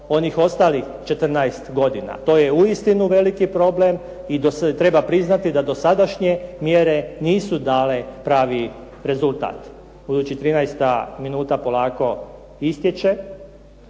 onih ostalih 14 godina? To je uistinu veliki problem i treba priznati da dosadašnje mjere nisu dale pravi rezultat. Budući 13-ta minuta polako istječe,